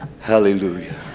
Hallelujah